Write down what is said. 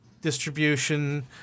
distribution